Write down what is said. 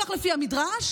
כך לפי המדרש,